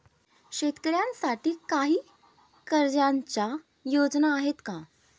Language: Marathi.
शेतकऱ्यांसाठी काही कर्जाच्या योजना आहेत का?